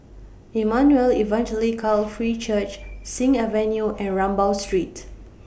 Emmanuel Evangelical Free Church Sing Avenue and Rambau Street